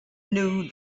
knew